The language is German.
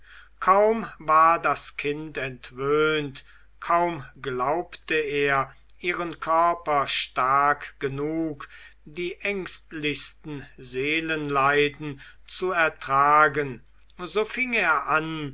kaum war das kind entwöhnt kaum glaubte er ihren körper stark genug die ängstlichsten seelenleiden zu ertragen so fing er an